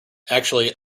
actually